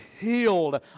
healed